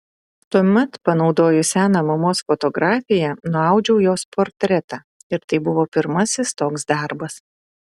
tuomet panaudojus seną mamos fotografiją nuaudžiau jos portretą ir tai buvo pirmasis toks darbas